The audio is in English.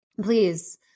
Please